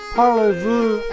Parlez-vous